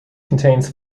contains